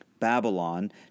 Babylon